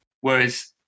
Whereas